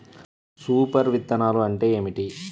Super విత్తనాలు అంటే ఏమిటి?